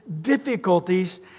difficulties